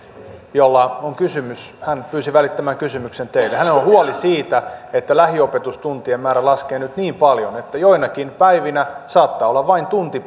jolla oli kysymys hän pyysi välittämään kysymyksen teille hänellä on huoli siitä että lähiopetustuntien määrä laskee nyt niin paljon että joinakin päivinä saattaa olla vain tunti